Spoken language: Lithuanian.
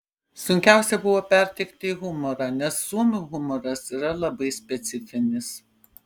sunkiausia buvo perteikti humorą nes suomių humoras yra labai specifinis